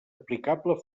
aplicable